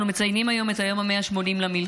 אנחנו מציינים היום את היום ה-180 למלחמה,